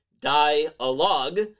dialogue